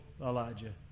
Elijah